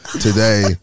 today